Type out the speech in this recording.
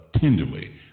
tenderly